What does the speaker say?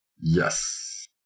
Yes